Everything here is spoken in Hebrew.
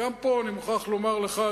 אבל לא בדיוק יחד אתי.